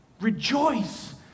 Rejoice